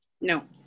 No